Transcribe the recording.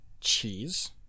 cheese